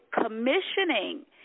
Commissioning